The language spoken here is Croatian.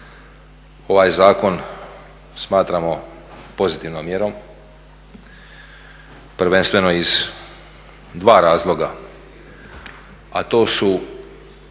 ovaj zakon smatramo pozitivnom mjerom, prvenstveno iz dva razloga. A to su